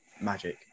Magic